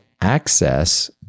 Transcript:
access